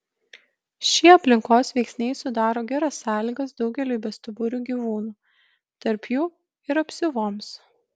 šie aplinkos veiksniai sudaro geras sąlygas daugeliui bestuburių gyvūnų tarp jų ir apsiuvoms